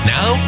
Now